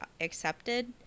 accepted